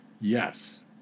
Yes